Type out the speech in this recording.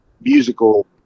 musical